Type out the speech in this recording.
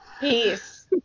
peace